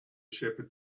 shepherd